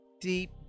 deep